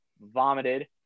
vomited